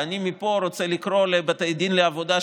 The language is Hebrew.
ואני מפה רוצה לקרוא לבתי דין לעבודה,